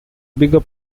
bigger